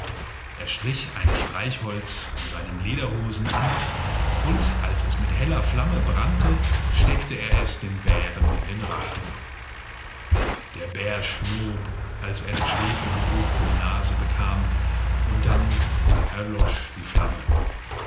geholtsiewarendaseinzigeverteidigungsmittel daserbesaß erstrichein streichholz an seinen lederhosen an und als es mit heller flamme brannte steckteeresdembärenindenrachen der bär schnob als er den schwefelgeruch in die nase bekam und dann erlosch die flamme